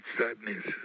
sadness